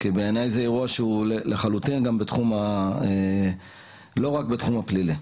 בעיני זה אירוע שהוא לחלוטין לא רק בתחום הפלילי.